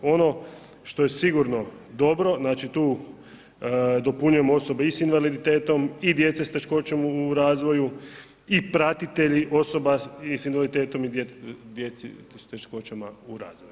Ono što je sigurno dobro, znači tu dopunjujemo osobe i sa invaliditetom i djece s teškoćama u razvoju i pratitelji osoba sa invaliditetom i djeci s teškoćama u razvoju.